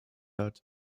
hat